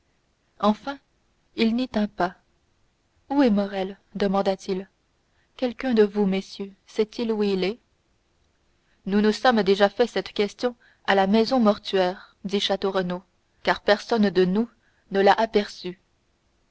enfin il n'y tint pas où est morrel demanda-t-il quelqu'un de vous messieurs sait-il où il est nous nous sommes déjà fait cette question à la maison mortuaire dit château renaud car personne de nous ne l'a